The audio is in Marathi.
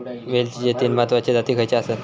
वेलचीचे तीन महत्वाचे जाती खयचे आसत?